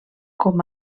com